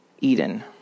Eden